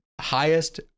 highest